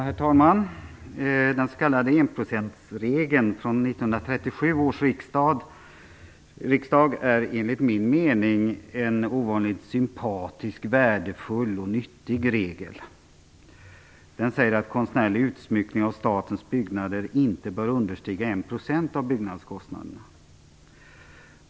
Herr talman! Den s.k. enprocentsreglen från 1937 års riksdag är enligt min mening en ovanligt sympatisk, värdefull och nyttig regel. Den säger att konstnärlig utsmyckning av statens byggnader inte bör understiga 1 % av byggnadskostnaderna.